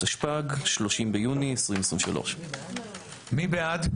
התשפ"ג 30 ביוני 2023". מי בעד?